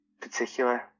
particular